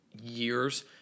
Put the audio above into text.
years